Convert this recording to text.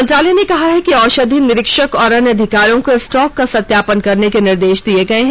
मंत्रालय ने कहा है कि औषधि निरीक्षक और अन्य अधिकारियों को स्टॉक का सत्यापन करने के निर्देश दिए गए हैं